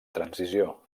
transició